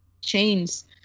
chains